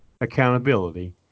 accountability